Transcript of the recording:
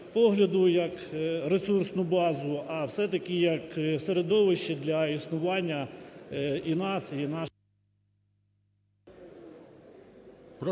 як ресурсну базу, а все-таки як середовище для існування і нас, і наших…